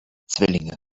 zwillinge